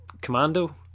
Commando